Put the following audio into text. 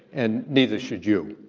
and neither should you.